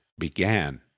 began